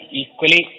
equally